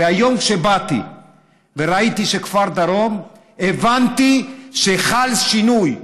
היום, כשבאתי וראיתי שכפר דרום, הבנתי שחל שינוי,